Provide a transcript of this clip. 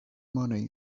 money